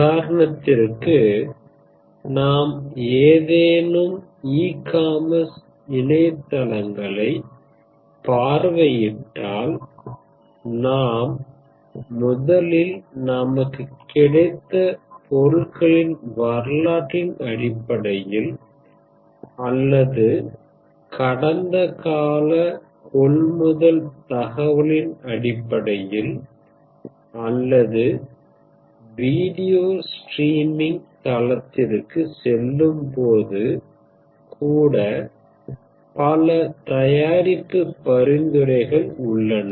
உதாரணதற்கு நாம் ஏதேனும் e commerce இணையதளங்களைப் பார்வையிட்டால் நாம் முதலில் நமக்கு கிடைத்த பொருட்களின் வரலாற்றின் அடிப்படையில் அல்லது கடந்தகால கொள்முதல் தகவலின் அடிப்படையில் அல்லது வீடியோ ஸ்ட்ரீமிங் தளத்திற்குச் செல்லும்போது கூட பல தயாரிப்புப் பரிந்துரைகள் உள்ளன